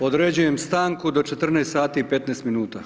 Određujem stanku do 14 sati i 15 minuta.